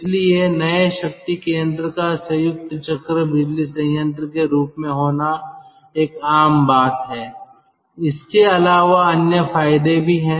इसलिए नए शक्ति केंद्र का संयुक्त चक्र बिजली संयंत्र के रूप में होना एक आम बात है इसके अलावा अन्य फायदे भी हैं